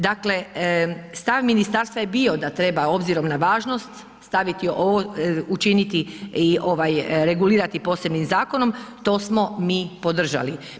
Dakle, stav ministarstva je bio da treba obzirom na važnost staviti ovo, učiniti i ovaj regulirati posebnim zakonom, to smo mi podržali.